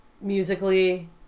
musically